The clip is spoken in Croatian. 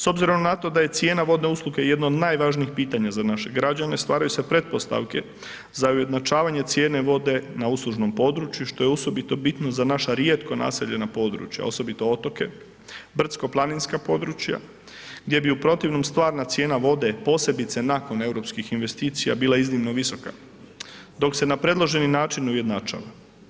S obzirom na to da je cijena vodne usluge jedna od najvažnijih pitanja za naše građane, stvaraju se pretpostavke za ujednačavanje cijene vode na uslužnom području, što je osobito bitno za naša rijetko naseljena područja, osobito otoke, brdsko planinska područja, gdje bi u protivnom stvarna cijena voda, posebice nakon europskih investicija bila iznimno visoka dok se na predloženi način ujednačava.